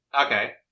Okay